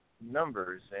numbers